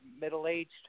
middle-aged